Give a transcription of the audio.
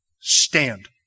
stand